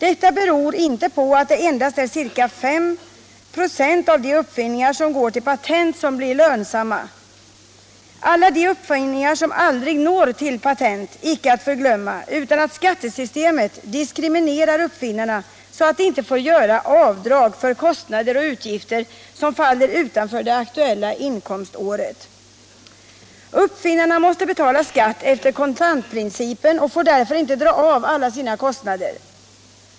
Detta beror inte på att det endast är ca 5 96 av de uppfinningar som går till patent som blir lönsamma - alla de uppfinningar som aldrig når till patent icke att förglömma — utan på att skattesystemet diskriminerar uppfinnarna så att de inte får göra avdrag för kostnader och utgifter som faller utanför det aktuella inkomståret. Uppfinnarna måste betala skatt efter kontantprincipen och får därför inte dra av alla sina kostnader.